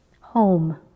home